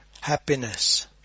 Happiness